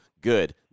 good